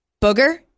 Booger